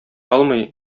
алмый